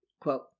quote